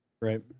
Right